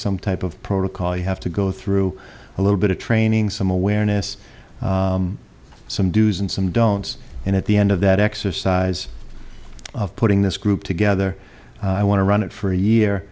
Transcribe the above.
some type of protocol you have to go through a little bit of training some awareness some dues and some don't and at the end of that exercise of putting this group together i want to run it for a year